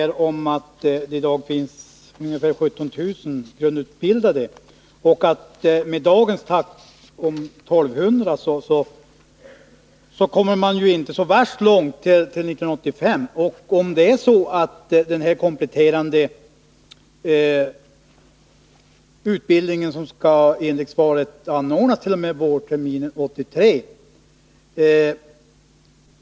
I dag finns det ungefär 17 000 grundutbildade, och med dagens takt, 1 200 om året, kommer man inte så värst långt till 1985, Enligt svaret skall den kompletterande utbildningen anordnas t.o.m. vårterminen 1983.